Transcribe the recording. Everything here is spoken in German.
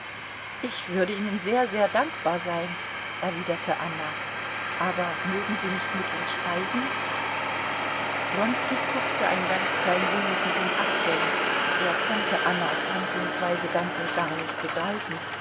ich würde ihnen sehr sehr dankbar sein erwiderte anna aber mögen sie nicht mit uns speisen wronski zuckte ein ganz klein wenig mit den achseln er konnte annas handlungsweise ganz und gar nicht begreifen